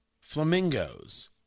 flamingos